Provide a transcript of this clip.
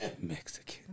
Mexican